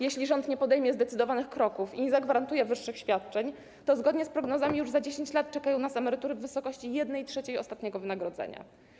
Jeśli rząd nie podejmie zdecydowanych kroków i nie zagwarantuje wyższych świadczeń, to zgodnie z prognozami już za 10 lat czekają nas emerytury w wysokości 1/3 ostatniego wynagrodzenia.